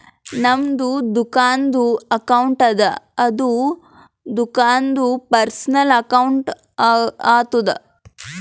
ನಮ್ದು ದುಕಾನ್ದು ಅಕೌಂಟ್ ಅದ ಅದು ದುಕಾಂದು ಪರ್ಸನಲ್ ಅಕೌಂಟ್ ಆತುದ